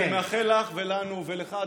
אני מאחל לך ולנו ולך,